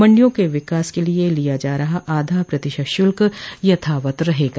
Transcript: मंडियों के विकास के लिये लिया जा रहा आधा प्रतिशत शुल्क यथावत रहेगा